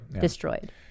Destroyed